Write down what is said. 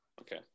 Okay